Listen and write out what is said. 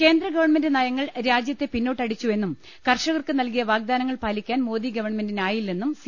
കേന്ദ്രഗവൺമെന്റ് നയങ്ങൾ രാജ്യത്തെ പിന്നോട്ടടിച്ചുവെന്നും കർഷകർക്ക് നൽകിയ വാഗ്ദാനങ്ങൾ പാലിക്കാൻ മോദി ഗവൺമെന്റിനായില്ലെന്നും സി